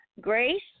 grace